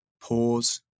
pause